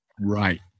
Right